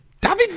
David